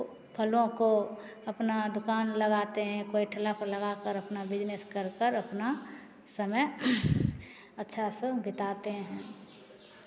फलों को अपना दुकान लगाते हैं कोई ठेला पर लगा कर अपना बिज़नेस कर कर अपना समय अच्छा से बिताते हैं